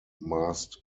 mast